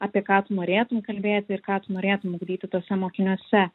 apie ką tu norėtum kalbėti ir ką tu norėtum ugdyti tuose mokiniuose